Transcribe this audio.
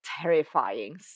Terrifying